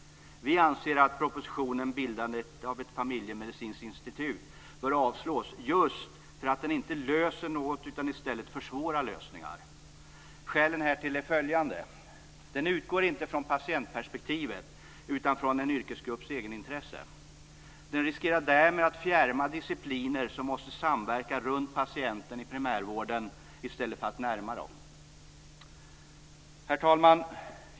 Vi anser att propositionen Bildandet av ett familjemedicinskt institut bör avslås just för att den inte löser något utan i stället försvårar lösningar. Skälen härtill är följande: Den utgår inte från patientperspektivet utan från en yrkesgrupps egenintresse. Den riskerar därmed att fjärma discipliner som måste samverka runt patienten i primärvården i stället för att närma dem. Herr talman!